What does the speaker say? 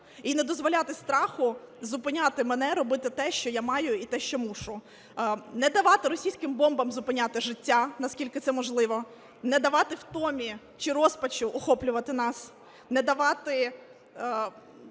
і не дозволяти страху зупиняти мене робити те, що я маю, і те, що мушу, не давати російським бомбам зупиняти життя, наскільки це можливо, не давати втомі чи розпачу охоплювати нас, не давати